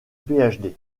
phd